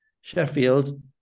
Sheffield